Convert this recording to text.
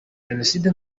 génocide